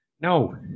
No